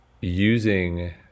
Using